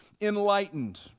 enlightened